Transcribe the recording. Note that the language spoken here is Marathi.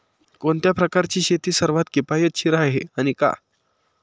कोणत्या प्रकारची शेती सर्वात किफायतशीर आहे आणि का?